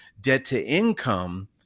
debt-to-income